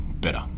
better